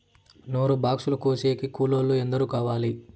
నూరు బాక్సులు కోసేకి కూలోల్లు ఎందరు కావాలి?